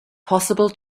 possible